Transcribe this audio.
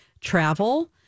travel